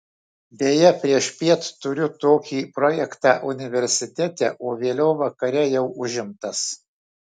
deja priešpiet turiu tokį projektą universitete o vėliau vakare jau užimtas